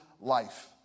life